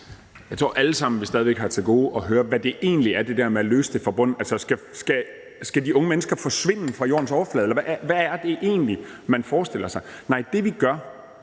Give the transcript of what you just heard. Jeg tror, vi alle sammen stadig væk har til gode at høre, hvad det egentlig vil sige at løse det fra bunden. Altså, skal de unge mennesker forsvinde fra jordens overflade, eller hvad er det egentlig, man forestiller sig? Nej, det, vi gør,